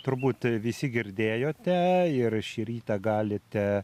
turbūt visi girdėjote ir šį rytą galite